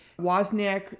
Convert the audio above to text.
wozniak